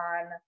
on